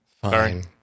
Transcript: Fine